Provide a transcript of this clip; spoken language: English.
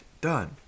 done